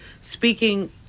speaking